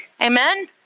Amen